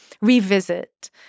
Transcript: revisit